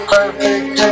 Perfect